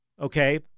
okay